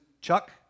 Chuck